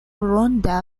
ronda